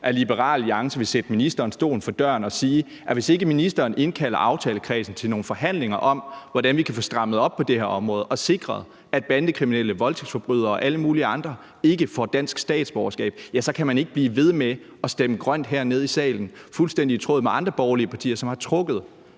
at Liberal Alliance vil sætte ministeren stolen for døren og sige, at hvis ikke ministeren indkalder aftalekredsen til nogle forhandlinger om, hvordan vi kan få strammet op på det her område og sikret, at bandekriminelle, voldtægtsforbrydere og alle mulige andre ikke får dansk statsborgerskab, så kan man ikke blive ved med at stemme grønt hernede i salen. Det er fuldstændig i tråd med andre borgerlige partier, som har trukket